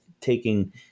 taking